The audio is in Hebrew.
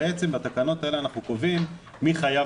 בעצם בתקנות האלה אנחנו קובעים מי חייב